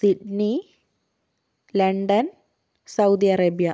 Sydney London Saudi Arabia